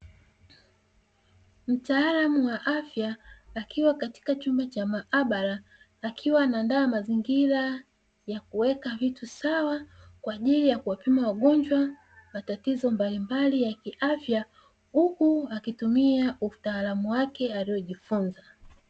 Mtaalamu wa afya akiwa katika chumba cha maabara, akiwa anaandaa mazingira ya kuweka vitu sawa kwa ajili ya kuwapima wagonjwa matatizo mbalimbali ya kiafya, huku akitumia utaalamu wake aliojifunza.